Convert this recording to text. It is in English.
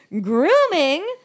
grooming